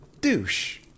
douche